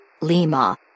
Lima